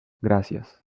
gracias